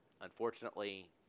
Unfortunately